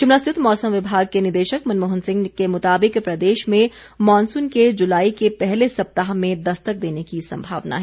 शिमला स्थित मौसम विभाग के निदेशक मनमोहन सिंह के मुताबिक प्रदेश में मॉनसून के जुलाई के पहले सप्ताह में दस्तक देने की संभावना है